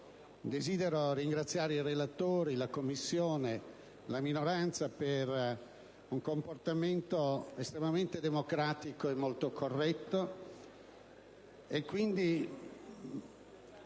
tutto ringraziare i relatori, la Commissione e la minoranza per il comportamento estremamente democratico e molto corretto.